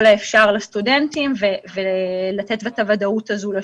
האפשר לסטודנטים ולתת את הוודאות הזו לשוק.